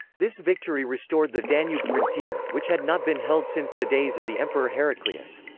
this victory restored the danube frontier, which had not been held since the days of the emperor heraclius.